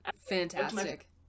Fantastic